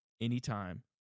anytime